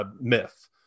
myth